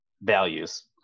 values